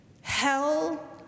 Hell